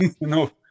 No